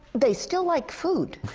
they still like food.